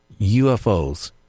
UFOs